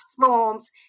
forms